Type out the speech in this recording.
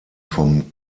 vom